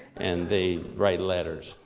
and they write letters.